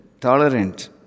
tolerant